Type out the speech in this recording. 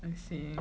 I see